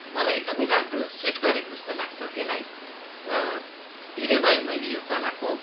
मलाई एकदमै राम्रो सुट गरेको जस्तो लाग्छ त्यसलाई र धेरै भयो मैले यो चलाएको